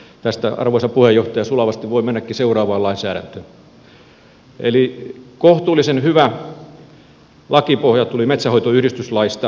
tästä arvoisa puheenjohtaja sulavasti voi mennäkin seuraavaan lainsäädäntöön eli kohtuullisen hyvä lakipohja tuli metsänhoitoyhdistyslaista kanssa